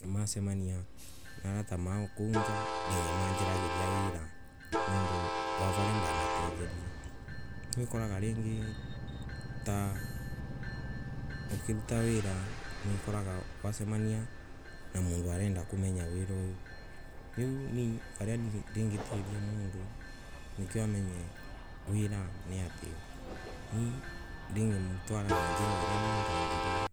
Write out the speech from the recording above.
Namasema nia na arata mao kou njaa nimanjaragoria wera nondo wav aria ndamatethirie, riu okaga ringi ta, riu okaga ringi ta, ukiruta wira usemanagi na mondo urenda komenya wira uyu riu ni varia ndangatethia mondo niguo amenya wira niatia nimutwaraga na njira o aria nie ndanjirie